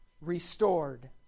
restored